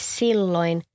silloin